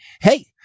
Hey